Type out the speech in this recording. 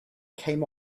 came